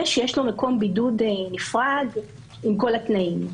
שיש לו מקום בידוד נפרד עם כל התנאים.